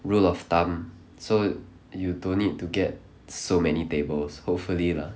rule of thumb so you don't need to get so many tables hopefully lah